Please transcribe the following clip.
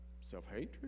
self-hatred